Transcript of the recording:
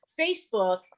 Facebook